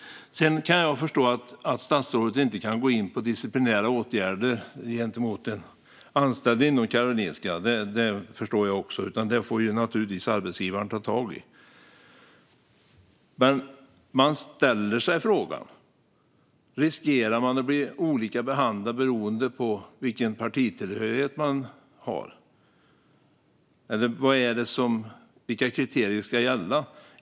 Jag kan förstå att statsrådet inte kan gå in på disciplinära åtgärder gentemot en anställd på Karolinska; det får naturligtvis arbetsgivaren ta tag i. Man kan dock ställa sig frågan om man riskerar att bli olika behandlad beroende på vilken partitillhörighet man har. Vilka kriterier ska gälla?